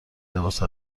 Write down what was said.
لباس